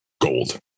gold